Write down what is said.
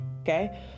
Okay